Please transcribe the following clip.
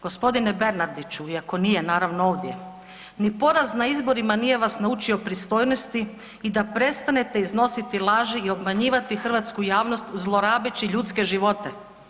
Gospodine Bernardiću iako nije naravno ovdje ni poraz na izborima nije vas naučio pristojnosti i da prestanete iznositi laži i obmanjivati hrvatsku javnost zlorabeći ljudske živote.